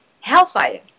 hellfire